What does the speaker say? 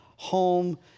home